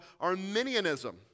Arminianism